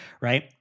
right